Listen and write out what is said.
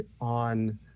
on